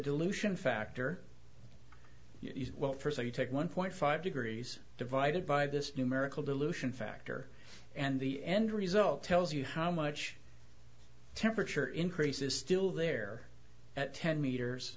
dilution factor well first you take one point five degrees divided by this numerical dilution factor and the end result tells you how much temperature increase is still there at ten met